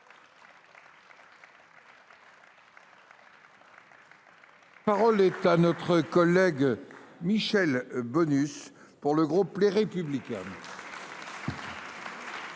La parole est à M. Michel Bonnus, pour le groupe Les Républicains.